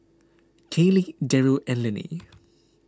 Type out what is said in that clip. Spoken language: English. Kayleigh Deryl and Linnie